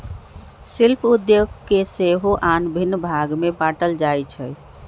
शिल्प उद्योग के सेहो आन भिन्न भाग में बाट्ल जाइ छइ